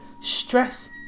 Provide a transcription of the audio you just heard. stress